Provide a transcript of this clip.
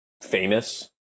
famous